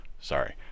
Sorry